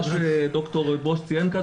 מה שד"ר ברוש ציין כאן,